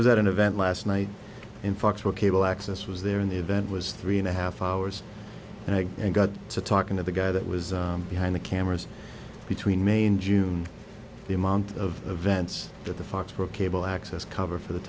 was at an event last night in fact working able access was there in the event was three and a half hours and i got to talking to the guy that was behind the cameras between main june the amount of events at the fox for a cable access cover for the